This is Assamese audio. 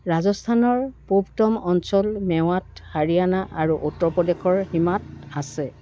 ৰাজস্থানৰ পূৱতম অঞ্চল মেৱাট হাৰিয়ানা আৰু উত্তৰ প্ৰদেশৰ সীমাত আছে